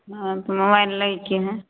हँ तऽ मोबाइल लैके हइ